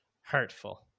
hurtful